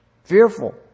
fearful